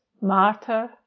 martyr